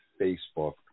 Facebook